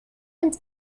und